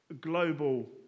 global